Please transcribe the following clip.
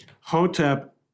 Hotep